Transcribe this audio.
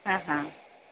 ହଁ ହଁ